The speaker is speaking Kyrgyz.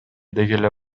дегеле